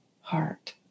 heart